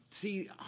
see